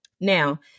Now